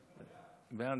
בעד.